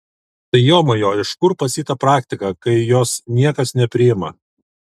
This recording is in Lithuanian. tai jomajo iš kur pas jį ta praktika kai jos niekas nepriima